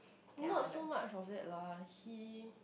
not so much of that lah he